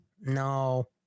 No